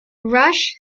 rush